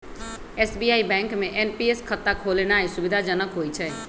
SBI bank में NPS खता खोलेनाइ सुविधाजनक होइ छइ